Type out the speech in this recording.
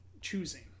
choosing